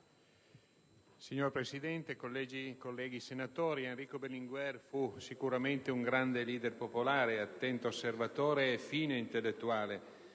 Signor Presidente, colleghi senatori, Enrico Berlinguer fu sicuramente un grande leader popolare, attento osservatore e fine intellettuale.